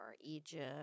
Egypt